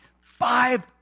Five